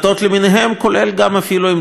כולל גם אפילו עם תכנים דומים,